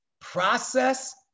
Process